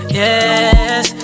yes